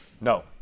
No